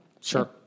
Sure